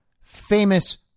famous